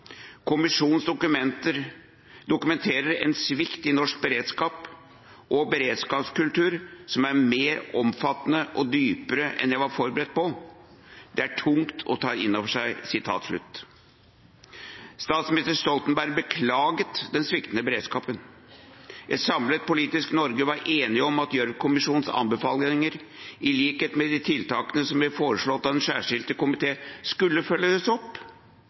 Kommisjonens seks hovedkonklusjoner var knusende. I sin redegjørelse den 28. august 2012 delte statsministeren følgende erkjennelse med Stortinget: «Kommisjonen dokumenterer en svikt i norsk beredskap og beredskapskultur som er mer omfattende og dypere enn jeg var forberedt på. Det er tungt å ta inn over seg.» Statsminister Stoltenberg beklaget den sviktende beredskapen. Et samlet politisk Norge var enig om at Gjørv-kommisjonens anbefalinger, i likhet med tiltakene som ble foreslått av den